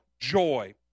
Joy